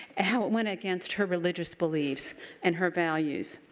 how it went against her religious beliefs and her values.